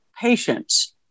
patients